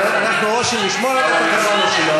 אבל אנחנו או שנשמור על התקנון או שלא,